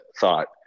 thought